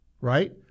right